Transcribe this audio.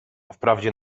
wprawdzie